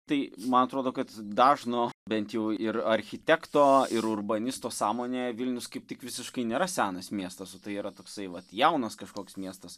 tai man atrodo kad dažno bent jau ir architekto ir urbanisto sąmonėje vilnius kaip tik visiškai nėra senas miestas o tai yra toksai vat jaunas kažkoks miestas